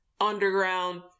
underground